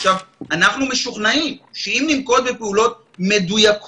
עכשיו, אנחנו משוכנעים שאם ננקוט בפעולות מדויקות,